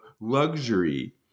luxury